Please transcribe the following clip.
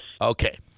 Okay